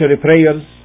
prayers